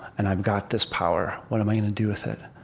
and i've got this power. what am i going to do with it?